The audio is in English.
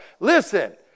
Listen